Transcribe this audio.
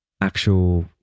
actual